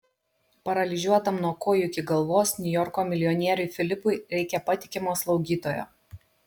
paralyžiuotam nuo kojų iki galvos niujorko milijonieriui filipui reikia patikimo slaugytojo